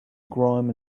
grime